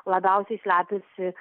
labiausiai slepiasi